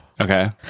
Okay